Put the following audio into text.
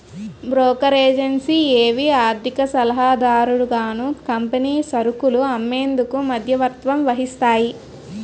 brokerages ఏవి ఆర్థిక సలహాదారులుగాను కంపెనీ సరుకులు అమ్మేందుకు మధ్యవర్తత్వం వహిస్తాయి